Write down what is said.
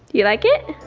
you like it?